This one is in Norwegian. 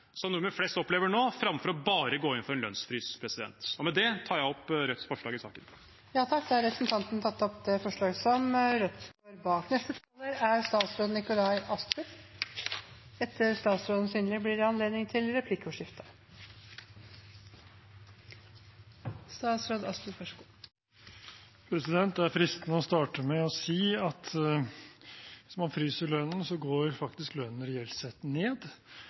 noe nordmenn flest opplever nå, framfor bare å gå inn for en lønnsfrys. Med det tar jeg opp Rødts forslag i saken. Representanten Bjørnar Moxnes har tatt opp det forslaget han refererte til. Det er fristende å starte med å si at hvis man fryser lønnen, går faktisk lønnen reelt sett ned, fordi inflasjonen jo går opp. Men det var ikke det jeg skulle si. Jeg skulle si at